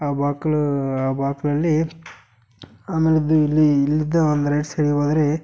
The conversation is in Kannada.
ಆ ಬಾಗ್ಲು ಆ ಬಾಗ್ಲಲ್ಲಿ ಆಮೇಲದು ಇಲ್ಲಿ ಇಲ್ಲಿಂದ ಒಂದು ರೈಟ್ ಸೈಡಿಗೆ ಹೋದರೆ